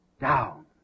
down